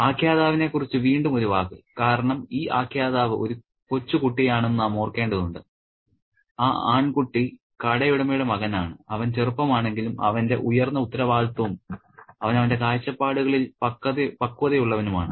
ആഖ്യാതാവിനെക്കുറിച്ച് വീണ്ടും ഒരു വാക്ക് കാരണം ഈ ആഖ്യാതാവ് ഒരു കൊച്ചുകുട്ടിയാണെന്ന് നാം ഓർക്കേണ്ടതുണ്ട് ആ ആൺകുട്ടി കടയുടമയുടെ മകനാണ് അവൻ ചെറുപ്പമാണെങ്കിലും അവന്റെ ഉയർന്ന ഉത്തരവാദിത്തവും അവൻ അവന്റെ കാഴ്ചപ്പാടുകളിൽ പക്വതയുള്ളവനുമാണ്